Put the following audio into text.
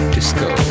Disco